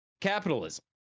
capitalism